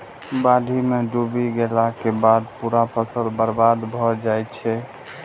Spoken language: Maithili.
बाढ़ि मे डूबि गेलाक बाद पूरा फसल बर्बाद भए जाइ छै